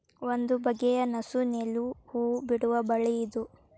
ಒಂದು ಬಗೆಯ ನಸು ನೇಲು ಹೂ ಬಿಡುವ ಬಳ್ಳಿ ಇದು